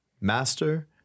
Master